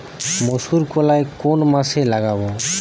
মুসুর কলাই কোন মাসে লাগাব?